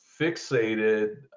fixated